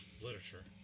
literature